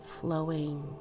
flowing